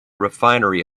refinery